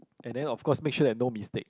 and then of course make sure that no mistake